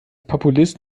populist